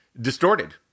distorted